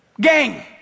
gang